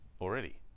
already